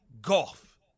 golf